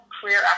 career